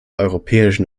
europäischen